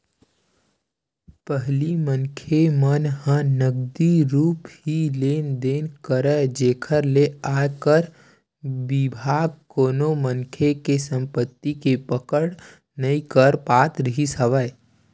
पहिली मनखे मन ह नगदी रुप ही लेन देन करय जेखर ले आयकर बिभाग कोनो मनखे के संपति के पकड़ नइ कर पात रिहिस हवय